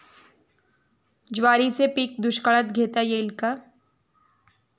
ज्वारीचे पीक दुष्काळात घेता येईल का?